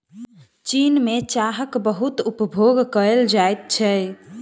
चीन में चाहक बहुत उपभोग कएल जाइत छै